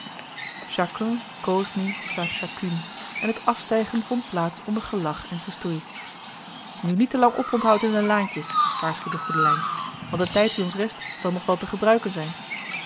koos nu sa chacune en het afstijgen vond plaats onder gelach en gestoei nu niet te lang oponthoud in de laantjes waarschuwde goedelijns want de tijd die ons rest zal nog wel te gebruiken zijn